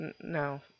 No